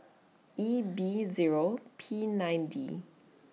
E B Zero P nine D